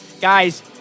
guys